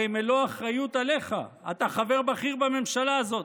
הרי מלוא האחריות עליך, אתה חבר בכיר בממשלה הזאת.